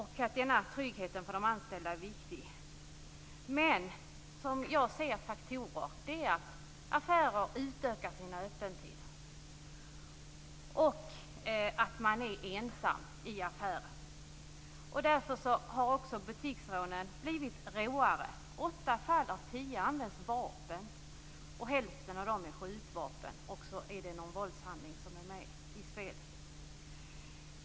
Tryggheten för de anställda är viktig. Men jag ser faktorer som att affärer utökar sina öppettider och att en anställd är ensam i affären. Därför har också butiksrånen blivit råare. I åtta fall av tio används vapen, och hälften av dessa är skjutvapen. Våldshandlingar finns med i spelet.